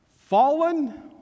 fallen